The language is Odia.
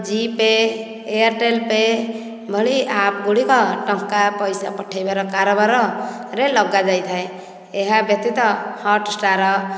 ଜି ପେ ଏୟାରଟେଲ୍ ପେ ଭଳି ଆପ୍ ଗୁଡ଼ିକ ଟଙ୍କା ପଇସା ପଠାଇବାର କାରବାରରେ ଲଗାଯାଇଥାଏ ଏହା ବ୍ୟତୀତ ହଟ୍ଷ୍ଟାର୍